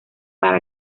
para